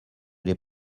les